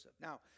Now